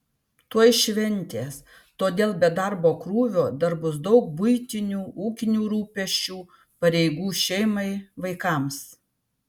tuoj šventės todėl be darbo krūvio dar bus daug buitinių ūkinių rūpesčių pareigų šeimai vaikams